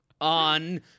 on